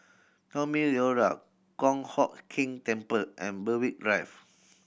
Naumi Liora Kong Hock Keng Temple and Berwick Drive